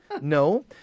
No